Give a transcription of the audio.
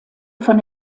von